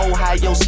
Ohio